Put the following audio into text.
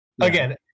again